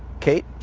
kate?